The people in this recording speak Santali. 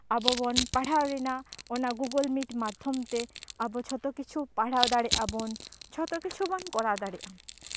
ᱟᱵᱚ ᱵᱚᱱ ᱯᱟᱲᱦᱟᱣ ᱞᱮᱱᱟ ᱜᱩᱜᱩᱞ ᱢᱤᱴ ᱢᱟᱫᱽᱫᱷᱚᱢ ᱛᱮ ᱟᱵᱚ ᱡᱷᱚᱛᱚ ᱠᱤᱪᱷᱩ ᱯᱟᱲᱦᱟᱣ ᱫᱟᱲᱮᱭᱟᱜ ᱟᱵᱚᱱ ᱡᱷᱚᱛᱚ ᱠᱤᱪᱷᱩ ᱵᱚᱱ ᱠᱚᱨᱟᱣ ᱫᱟᱲᱮᱭᱟᱜᱼᱟ